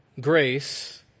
grace